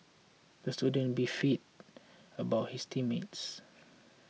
the student beefed about his team mates